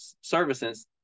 services